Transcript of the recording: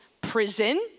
prison